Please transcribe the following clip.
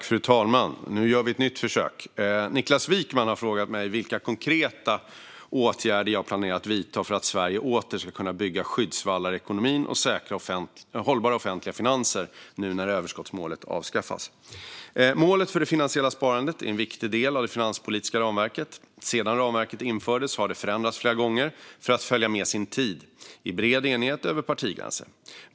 Fru talman! Niklas Wykman har frågat mig vilka konkreta åtgärder jag planerar att vidta för att Sverige åter ska kunna bygga skyddsvallar i ekonomin och säkra hållbara offentliga finanser nu när överskottsmålet avskaffas. Målet för det finansiella sparandet är en viktig del av det finanspolitiska ramverket. Sedan ramverket infördes har det förändrats flera gånger för att följa med sin tid, i bred enighet över partigränserna.